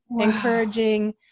encouraging